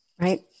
Right